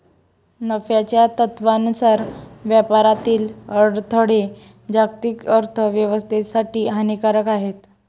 नफ्याच्या तत्त्वानुसार व्यापारातील अडथळे जागतिक अर्थ व्यवस्थेसाठी हानिकारक आहेत